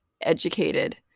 educated